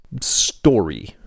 story